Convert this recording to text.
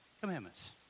commandments